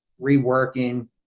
reworking